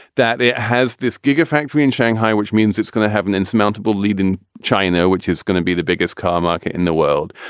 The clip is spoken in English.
that it has this gigafactory in shanghai, which means it's going to have an insurmountable lead in china, which is going to be the biggest car market in the world,